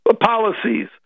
policies